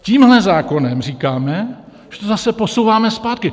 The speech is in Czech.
Tímhle zákonem říkáme, že to zase posouváme zpátky.